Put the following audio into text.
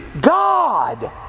God